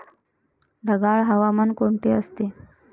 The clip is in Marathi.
ढगाळ हवामान कोणते असते?